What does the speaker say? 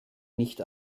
nicht